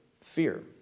fear